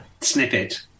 snippet